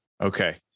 Okay